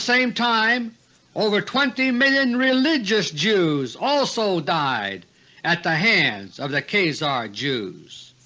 same time over twenty million religious jews also died at the hands of the khazar jews.